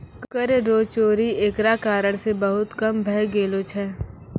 कर रो चोरी एकरा कारण से बहुत कम भै गेलो छै